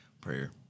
Prayer